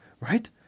Right